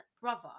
brother